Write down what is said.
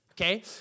okay